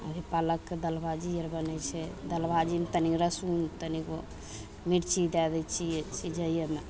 अभी पालकके दालि भाजी आओर बनय छै दालि भाजीमे तनिक रस तनी गो मिर्ची दए दै छियै सिझैयेमे